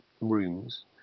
rooms